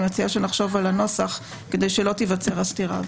אני מציעה שנחשוב על הנוסח כדי שלא תיוצר הסתירה הזאת.